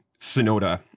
Sonoda